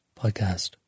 podcast